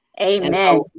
Amen